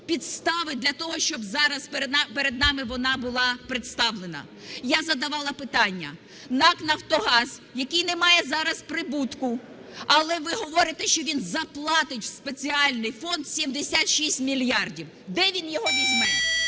підстави для того, щоб зараз перед нами вона була представлена. Я задавала питання. НАК "Нафтогаз", який не має зараз прибутку, але ви говорите, що він заплатить у спеціальний фонд 76 мільярдів, де він його візьме?